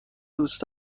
دوست